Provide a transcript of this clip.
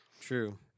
True